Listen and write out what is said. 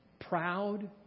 Proud